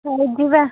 ସେଆଡ଼େ ଯିବା